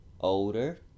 older